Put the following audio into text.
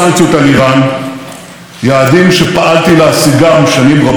אנחנו נמשיך לפעול בכל כוחנו לדחוק אחורה את איראן,